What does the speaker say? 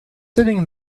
sitting